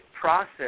process